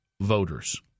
voters